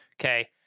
Okay